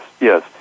yes